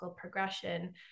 progression